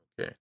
Okay